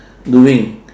doing